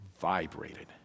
vibrated